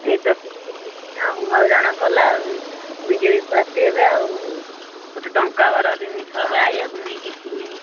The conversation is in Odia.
ଏଇ ତ କିଛି ନାହିଁ ଆଉ ହଇରାଣ କଲା ବିଜେପି ପାର୍ଟି ଏବେ ଆଉ ଗୋଟେ ଟଙ୍କା ଘର ଜିନିଷ ଏବେ ଆଇଆକୁ ନାହିଁ କିଛି ନାହିଁ